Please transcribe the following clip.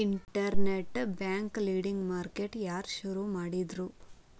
Internet bank lending market ಯಾರ್ ಶುರು ಮಾಡಿದ್ರು?